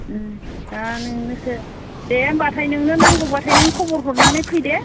उम दा नोंनोसो दे होमबाथाय नोंनो नांगौबाथाय नों खबर हरनानै फैदे